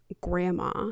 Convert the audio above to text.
grandma